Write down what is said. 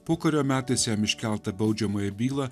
pokario metais jam iškeltą baudžiamąją bylą